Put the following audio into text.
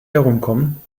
herumkommen